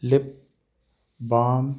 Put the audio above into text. lip balm